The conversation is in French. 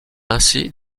ainsi